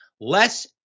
less